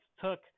took